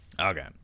Okay